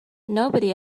nobody